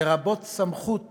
לרבות סמכות